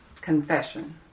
Confession